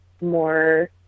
more